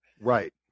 Right